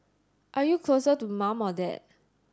are you closer to mum or dad